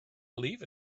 believe